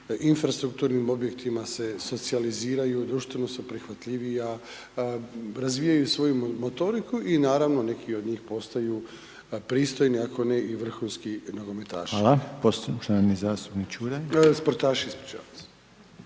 infrastrukturnim objektima se socijaliziraju, društveno su prihvatljivija, razvijaju svoju motoriku i naravno neki od njih postaju pristojni ako ne i vrhunski nogometaši. **Reiner, Željko (HDZ)** Hvala. Poštovani